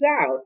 out